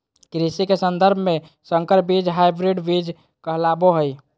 कृषि के सन्दर्भ में संकर बीज हायब्रिड बीज कहलाबो हइ